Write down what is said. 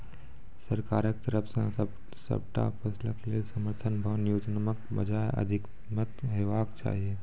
सरकारक तरफ सॅ सबटा फसलक लेल समर्थन भाव न्यूनतमक बजाय अधिकतम हेवाक चाही?